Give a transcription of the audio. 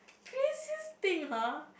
craziest thing !huh!